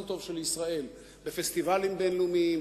טוב של ישראל בפסטיבלים בין-לאומיים,